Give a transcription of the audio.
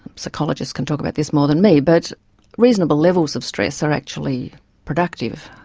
psychologists can talk about this more than me, but reasonable levels of stress are actually productive.